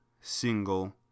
single